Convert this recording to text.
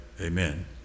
Amen